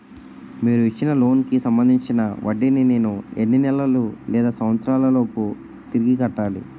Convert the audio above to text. మీరు ఇచ్చిన లోన్ కి సంబందించిన వడ్డీని నేను ఎన్ని నెలలు లేదా సంవత్సరాలలోపు తిరిగి కట్టాలి?